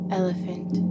elephant